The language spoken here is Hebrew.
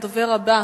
הדובר הבא,